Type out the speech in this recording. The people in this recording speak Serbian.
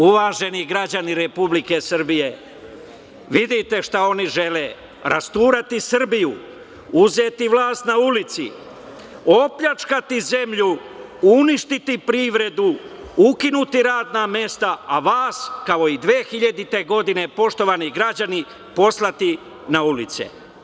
Uvaženi građani Republike Srbije, vidite šta oni žele, rasturati Srbiju, uzeti vlast na ulici, opljačkati zemlju, uništiti privredu, ukinuti radna mesta, a vas kao i 2000. godine, poštovani građani, poslati na ulice.